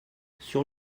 sur